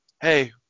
hey